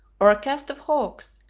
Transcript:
or a cast of hawks,